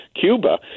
Cuba